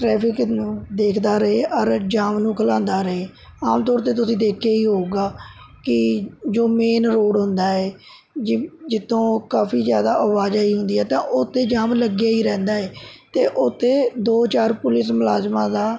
traffic ਨੂੰ ਦੇਖਦਾ ਰਹੇ ਅੋਰ ਜਾਮ ਨੂੰ ਖੁਲਾਉਂਦਾ ਰਹੇ ਆਮ ਤੌਰ 'ਤੇ ਤੁਸੀਂ ਦੇਖਿਆ ਹੀ ਹੋਊਗਾ ਕਿ ਜੋ ਮੈਨ ਰੋਡ ਹੁੰਦਾ ਹੈ ਜ ਜਿੱਥੋਂ ਕਾਫੀ ਜ਼ਿਆਦਾ ਆਵਾਜਾਈ ਹੁੰਦੀ ਹੈ ਤਾਂ ਉੱਥੇ ਜਾਮ ਲੱਗਿਆ ਹੀ ਰਹਿੰਦਾ ਹੈ ਅਤੇ ਉੱਥੇ ਦੋ ਚਾਰ ਪੁਲਿਸ ਮੁਲਾਜ਼ਮਾਂ ਦਾ